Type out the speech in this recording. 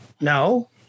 No